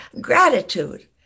gratitude